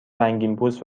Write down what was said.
رنگینپوست